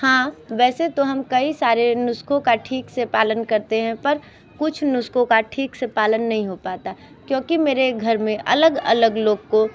हाँ वैसे तो हम कई सारे नुस्ख़ों का ठीक से पालन करते हैं पर कुछ नुस्ख़े का ठीक से पालन नहीं हो पाता क्योंकि मेरे घर में अलग अलग लोग को